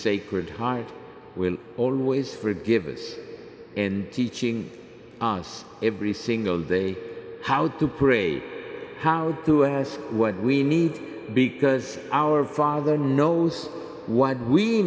sacred heart will always read givers and teaching us every single day how to pray how to ask what we need because our father knows what we